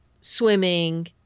swimming